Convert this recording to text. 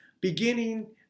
beginning